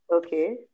Okay